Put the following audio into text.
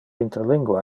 interlingua